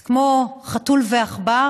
זה כמו חתול ועכבר.